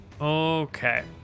Okay